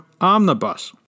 Omnibus